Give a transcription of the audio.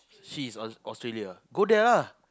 she's on Australia go there lah